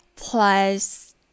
plus